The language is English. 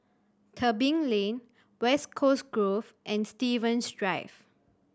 Tebing Lane West Coast Grove and Stevens Drive